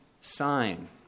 sign